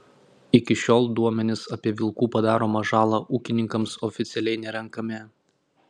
iki šiol duomenys apie vilkų padaromą žalą ūkininkams oficialiai nerenkami